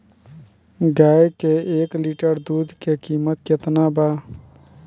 गाय के एक लीटर दुध के कीमत केतना बा?